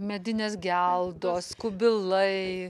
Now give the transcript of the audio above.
medinės geldos kubilai